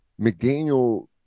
McDaniel